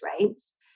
rates